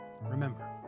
Remember